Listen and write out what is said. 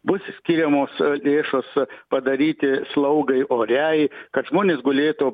bus skiriamos lėšos padaryti slaugai oriai kad žmonės gulėtų